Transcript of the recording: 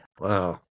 Wow